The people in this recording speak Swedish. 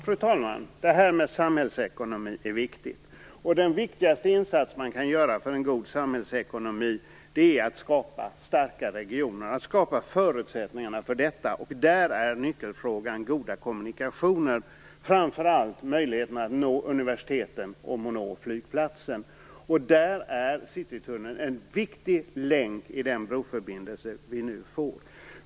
Fru talman! Detta med samhällsekonomi är viktigt. Den viktigaste insats som man kan göra för en god samhällsekonomi är att skapa starka regioner, att skapa förutsättningarna för detta. Nyckelfrågan är goda kommunikationer, framför allt möjligheten att nå universiteten och att nå flygplatsen. Där är Citytunneln en viktig länk i den broförbindelse som vi nu får.